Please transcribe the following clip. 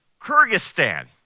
Kyrgyzstan